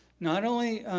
not only,